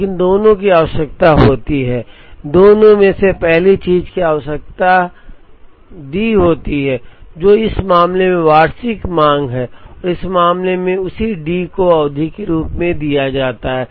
लेकिन दोनों की आवश्यकता होती है दोनों में से पहली चीज की आवश्यकता डी होती है जो इस मामले में वार्षिक मांग है और इस मामले में उसी डी को अवधि के रूप में दिया जाता है